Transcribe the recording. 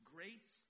Grace